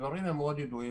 הדברים ידועים,